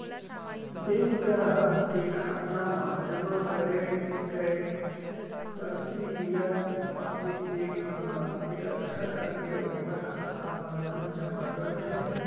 bank गराहक के खाता म जमा करे गय परतिगिया पाती, चेक मन ला एकट्ठा करके ओकर खाता म रकम जमा करथे